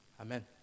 amen